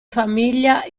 famiglia